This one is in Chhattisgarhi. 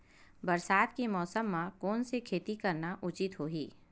बरसात के मौसम म कोन से खेती करना उचित होही?